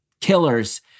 killers